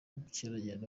ubukerarugendo